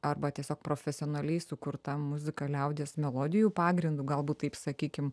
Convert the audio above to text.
arba tiesiog profesionaliai sukurta muzika liaudies melodijų pagrindu galbūt taip sakykim